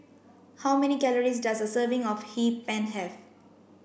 how many calories does a serving of Hee Pan have